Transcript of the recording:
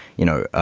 you know,